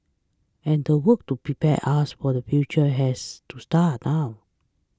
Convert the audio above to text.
and the work to prepare us for the future has to start now